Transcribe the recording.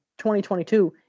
2022